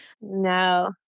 No